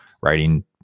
writing